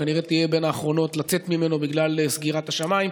וכנראה תהיה בין האחרונות לצאת ממנו בגלל סגירת השמיים.